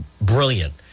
brilliant